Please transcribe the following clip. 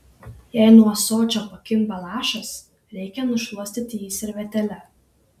jei nuo ąsočio pakimba lašas reikia nušluostyti jį servetėle